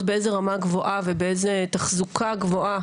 באיזו רמה גבוהה ובאיזו תחזוקה גבוהה